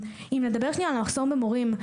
אם נדבר על המחסור במורים,